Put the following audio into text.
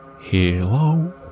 Hello